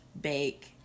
bake